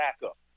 backup